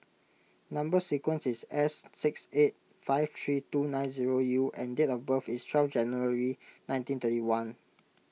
Number Sequence is S six eight five three two nine zero U and date of birth is twelve January nineteen thirty one